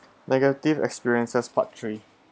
negative experiences part three